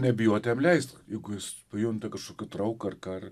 nebijot jam leist jeigu jis pajunta kažkokią trauką ar ką ar